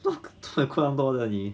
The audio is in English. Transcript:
look 吹宽抱着你